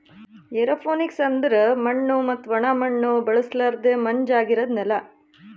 aeroponics ಅಂದುರ್ ಮಣ್ಣು ಮತ್ತ ಒಣ ಮಣ್ಣ ಬಳುಸಲರ್ದೆ ಮಂಜ ಆಗಿರದ್ ನೆಲ